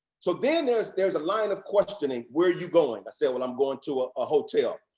so then there's there's a line of questioning, where are you going? i said, well, i'm going to ah a hotel.